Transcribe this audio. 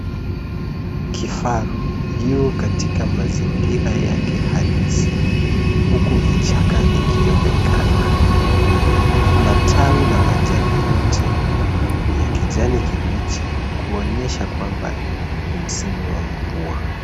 Kifaru yu katika mazingira yake halisi, huku vichaka vikionekana. Matawi na majani yote ni ya kijani kibichi kuonyesha kuwa ni msimu wa mvua.